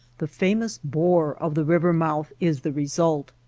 the famous bore of the river-mouth is the result.